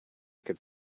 could